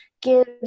gives